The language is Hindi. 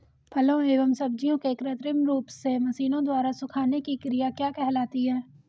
फलों एवं सब्जियों के कृत्रिम रूप से मशीनों द्वारा सुखाने की क्रिया क्या कहलाती है?